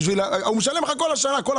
הוא משלם לך כל החיים.